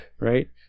Right